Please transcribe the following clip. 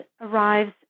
arrives